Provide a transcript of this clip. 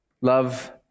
Love